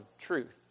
truth